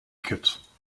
kit